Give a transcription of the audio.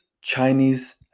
Chinese